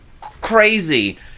crazy